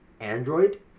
Android